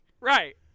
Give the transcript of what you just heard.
right